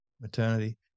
maternity